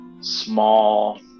small